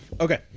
Okay